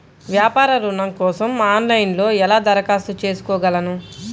వ్యాపార ఋణం కోసం ఆన్లైన్లో ఎలా దరఖాస్తు చేసుకోగలను?